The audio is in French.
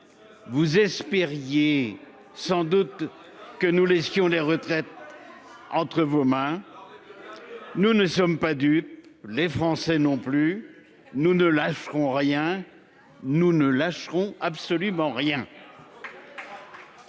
Vous espériez sans doute que nous laisserions les retraites entre vos mains. Nous ne sommes pas dupes, les Français non plus. En effet, nous ne lâcherons rien, absolument rien